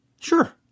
sure